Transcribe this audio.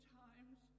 times